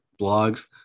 blogs